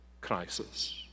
crisis